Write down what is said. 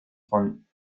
von